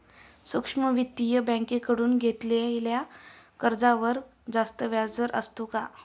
सूक्ष्म वित्तीय बँकेकडून घेतलेल्या कर्जावर जास्त व्याजदर असतो का?